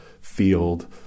field